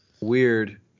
Weird